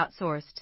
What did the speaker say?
outsourced